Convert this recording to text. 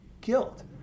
guilt